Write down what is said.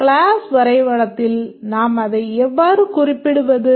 class வரைபடத்தில் நாம் அதை எவ்வாறு குறிப்பிடுவது